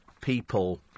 people